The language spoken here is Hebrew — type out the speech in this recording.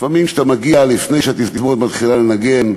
לפעמים, כשאתה מגיע לפני שהתזמורת מתחילה לנגן,